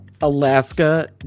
Alaska